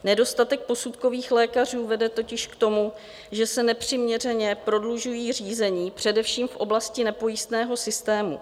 Nedostatek posudkových lékařů vede totiž k tomu, že se nepřiměřeně prodlužují řízení především v oblasti nepojistného systému.